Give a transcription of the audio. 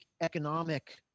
economic